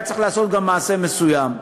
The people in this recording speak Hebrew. היה צריך לעשות גם מעשה מסוים.